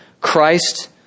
Christ